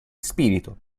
spirito